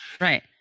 Right